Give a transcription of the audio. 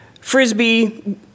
frisbee